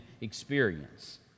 experience